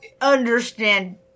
understand